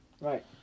Right